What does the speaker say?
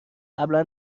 قبلا